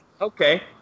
Okay